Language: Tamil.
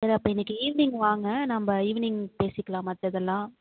சரி அப்போ இன்னிக்கி ஈவினிங் வாங்க நம்ம ஈவினிங் பேசிக்கலாம் மற்றதெல்லாம்